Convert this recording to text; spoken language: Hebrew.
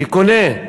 כקונה,